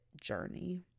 journey